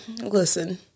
Listen